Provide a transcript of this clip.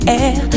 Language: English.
air